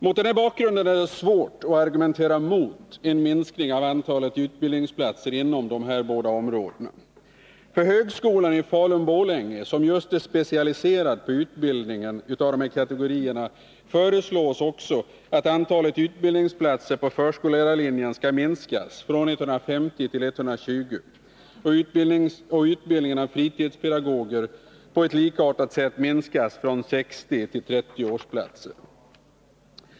Mot denna bakgrund är det svårt att argumentera mot en minskning av antalet utbildningsplatser inom dessa båda områden. För högskolan i Falun/Borlänge, som just är specialiserad på utbildning av dessa kategorier, föreslås också att antalet utbildningsplatser på förskollärarlinjen minskas från 150 till 120 och att utbildningen av fritidspedagoger på ett likartat sätt minskas från 60 till 30 årsplatser.